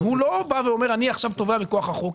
הוא לא בא ואומר שהוא עכשיו תובע מכוח החוק,